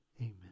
Amen